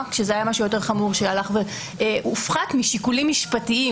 כשזה היה משהו יותר חמור שהלך והופחת משיקולים משפטיים,